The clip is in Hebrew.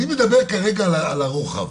אני מדבר כרגע לרוחב.